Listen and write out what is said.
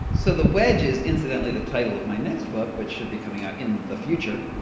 so the wedge is incidentally the title of my next book which should be coming out in the future,